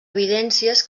evidències